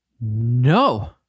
No